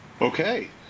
Okay